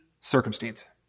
circumstance